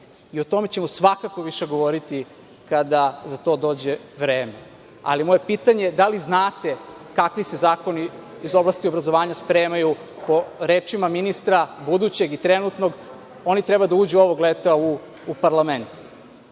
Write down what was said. i o tome ćemo svakako više govoriti kada za to dođe vreme. Moje pitanje je – da li znate kakvi se zakoni iz oblasti obrazovanja spremaju po rečima ministra budućeg i trenutnog, oni treba da uđu ovog leta u parlament. Mislim